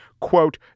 quote